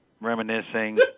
reminiscing